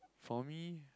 for me